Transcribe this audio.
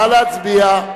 נא להצביע.